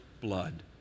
blood